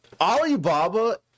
Alibaba